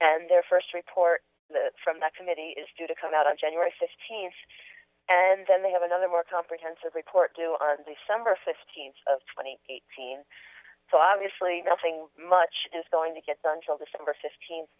and their first report from that committee is due to come out on january fifteenth and then they have another more comprehensive report due on december fifteenth of twenty eighteen so obviously nothing much is going to get done till december fifteenth